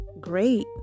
great